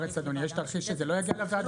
יש תרחיש שזה לא יגיע לוועדה המשותפת?